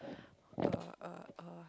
uh uh uh